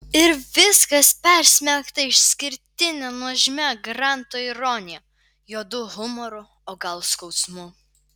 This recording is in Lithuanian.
ir viskas persmelkta išskirtine nuožmia granto ironija juodu humoru o gal skausmu